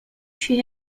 she